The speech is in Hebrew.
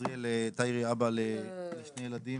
ישראל תאירי, אבא לשני ילדים.